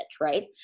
right